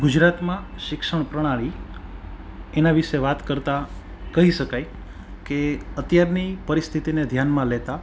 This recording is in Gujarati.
ગુજરાતમાં શિક્ષણ પ્રણાલી એના વિશે વાત કરતાં કહી શકાય કે અત્યારની પરિસ્થિતિને ધ્યાનમાં લેતાં